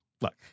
look